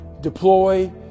deploy